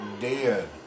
Dead